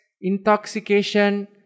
intoxication